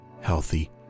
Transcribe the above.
healthy